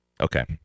okay